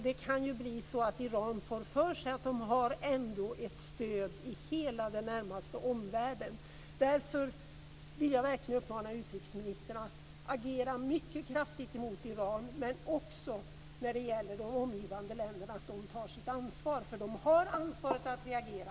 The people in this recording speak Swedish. Det kan bli så att Iran får för sig att de ändå har ett stöd i hela den närmaste omvärlden. Därför vill jag verkligen uppmana utrikesministern att agera mycket kraftigt emot Iran men också de omgivande länderna så att de tar sitt ansvar, för de har ansvaret att reagera.